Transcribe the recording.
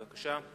בבקשה.